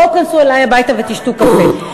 בואו, תיכנסו אלי הביתה ותשתו קפה.